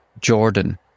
Jordan